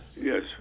Yes